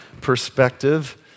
perspective